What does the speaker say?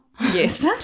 Yes